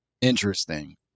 Interesting